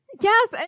Yes